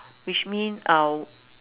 which mean uh